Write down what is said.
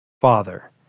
Father